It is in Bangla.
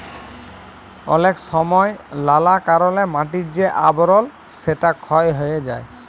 অলেক সময় লালা কারলে মাটির যে আবরল সেটা ক্ষয় হ্যয়ে যায়